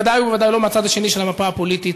בוודאי ובוודאי לא מהצד השני של המפה הפוליטית.